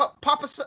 Papa